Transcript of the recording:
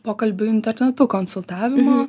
pokalbių internetu konsultavimo